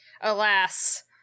alas